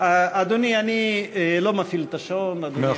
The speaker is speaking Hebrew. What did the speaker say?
אדוני, אני לא מפעיל את השעון, מאה אחוז.